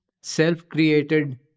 self-created